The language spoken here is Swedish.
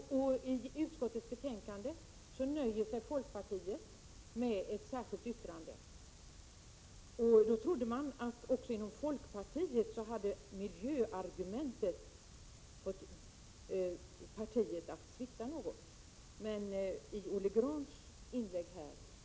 Men i utskottsbetänkandet nöjer sig folkpartiet med ett särskilt yttrande. Då trodde man att också inom folkpartiet miljöargumentet hade fått partiet att ändra inställning något.